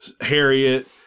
Harriet